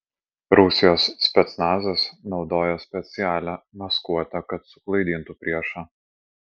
rusijos specnazas naudoja specialią maskuotę kad suklaidintų priešą